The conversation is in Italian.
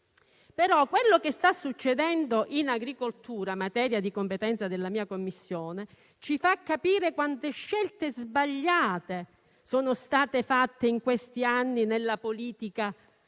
Però quello che sta succedendo in agricoltura, materia di competenza della mia Commissione, ci fa capire quante scelte sbagliate sono state fatte negli ultimi anni anche nella politica agricola,